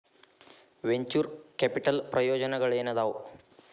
venture capital ಪ್ರಯೋಜನಗಳೇನಾದವ